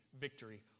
victory